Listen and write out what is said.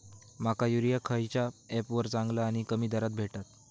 माका युरिया खयच्या ऍपवर चांगला आणि कमी दरात भेटात?